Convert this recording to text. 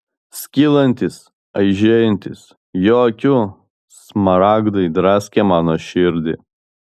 skylantys aižėjantys jo akių smaragdai draskė mano širdį